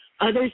Others